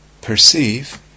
perceive